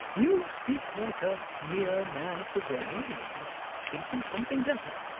you speak like a mere man of the world, and i think you something better.